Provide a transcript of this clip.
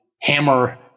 hammer